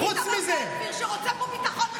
איתמר בן גביר, שרוצה פה ביטחון ושלום.